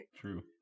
True